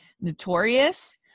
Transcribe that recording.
Notorious